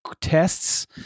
tests